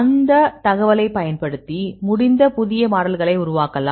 அந்த தகவலைப் பயன்படுத்தி முடிந்த புதிய மாடல்களை உருவாக்கலாம்